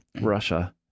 Russia